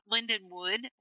Lindenwood